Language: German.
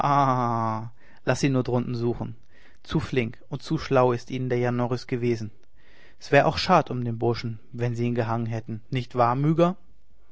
laß sie nur drunten suchen zu flink und zu schlau ist ihnen der jan norris gewesen s wär auch schad um den burschen gewesen wenn sie ihn gehangen hätten nicht wahr